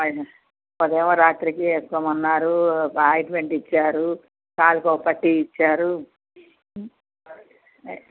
ఉదయం రాత్రికి వేసుకోమన్నారు ఒక ఆయిట్మెంట్ ఇచ్చారు కాలికి ఒక పట్టీ ఇచ్చారు